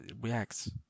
reacts